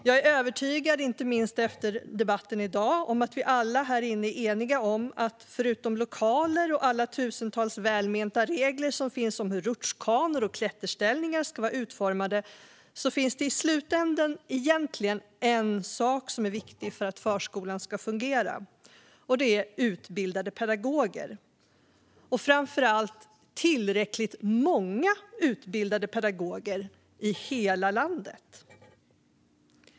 Jag är övertygad om, inte minst efter debatten i dag, att vi alla här är eniga om att det, förutom lokaler och alla tusentals välmenta regler som finns om hur rutschkanor och klätterställningar ska vara utformade, i slutändan egentligen bara finns en sak som är viktig för att förskolan ska fungera, och det är utbildade pedagoger och framför allt tillräckligt många utbildade pedagoger i hela landet.